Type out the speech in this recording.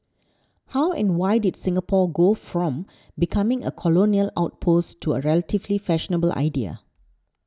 how and why did Singapore go from becoming a colonial outpost to a relatively fashionable idea